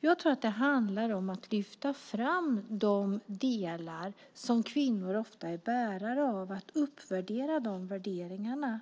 till att vara kvantitet egentligen inte gynnar jämställdheten i sig. Det handlar om att lyfta fram de delar som kvinnor ofta är bärare av och att uppvärdera de värderingarna.